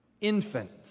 infants